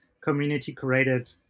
community-created